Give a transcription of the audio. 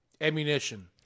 ammunition